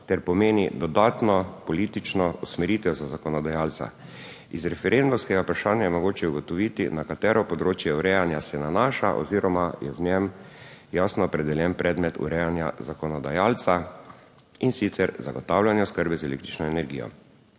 ter pomeni dodatno politično usmeritev za zakonodajalca. Iz referendumskega vprašanja je mogoče ugotoviti na katero področje urejanja se nanaša oziroma je v njem jasno opredeljen predmet urejanja zakonodajalca, in sicer zagotavljanje oskrbe z električno energijo.